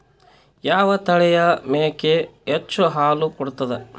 ಯಾವ ತಳಿಯ ಮೇಕಿ ಹೆಚ್ಚ ಹಾಲು ಕೊಡತದ?